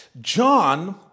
John